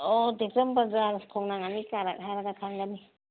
ꯑꯣ ꯇꯦꯛꯆꯝ ꯕꯖꯥꯔ ꯈꯣꯡꯅꯥꯡ ꯑꯅꯤ ꯀꯥꯔꯛ ꯍꯥꯏꯔꯒ ꯈꯪꯒꯅꯤ